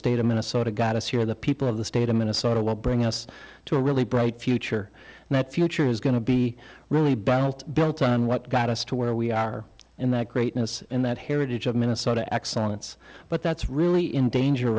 state of minnesota got us here the people of the state of minnesota will bring us to a really bright future and that future is going to be really battled built on what got us to where we are in that greatness and that heritage of minnesota exxon it's but that's really in danger